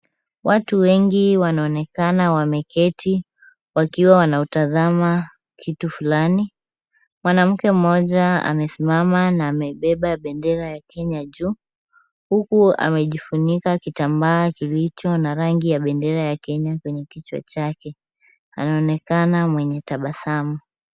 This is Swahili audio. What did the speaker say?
Watu wengi wanaonekana wameketi wakiwa wanautazama kitu fulani. Mwanamke mmoja amesimama na ameibeba bendera ya Kenya juu, huku amejifunika kitambaa kilicho na rangi ya bendera ya Kenya kwenye kichwa chake. Anaonekana mwenye tabasamu.